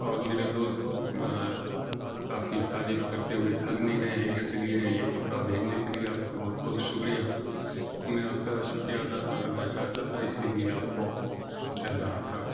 اور میرے دوست کافی تعریف کرتے ہوئے تھک نہیں رہے ہیں اس کے لیے یہ کپڑا بھیجنے کے لیے آپ کا بہت بہت شکریہ میں آپ کا شکریہ ادا کرنا چاہتا تھا اسی لیے آپ کو کہہ رہا تھا